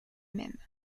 même